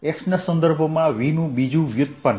X ના સંદર્ભમાં V નું બીજું વ્યુત્પન્ન